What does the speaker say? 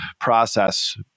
process